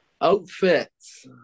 outfits